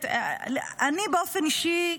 אני באופן אישי,